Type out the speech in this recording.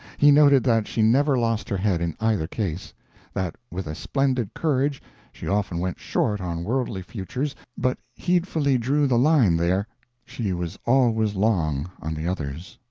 he noted that she never lost her head in either case that with a splendid courage she often went short on worldly futures, but heedfully drew the line there she was always long on the others.